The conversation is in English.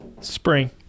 Spring